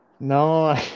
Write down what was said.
No